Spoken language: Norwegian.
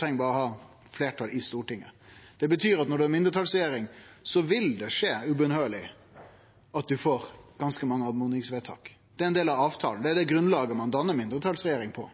treng berre å ha eit fleirtal i Stortinget. Det betyr at med ei mindretalsregjering vil det – uunngåeleg – skje at ein får ganske mange oppmodingsvedtak. Det er ein del av avtalen, det er det grunnlaget ein dannar ei mindretalsregjering på